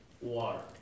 water